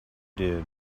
did